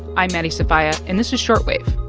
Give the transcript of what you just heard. i'm maddie sofia. and this is short wave,